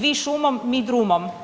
Vi šumom, mi drumom.